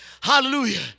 hallelujah